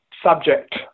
subject